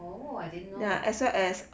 oo I didn't know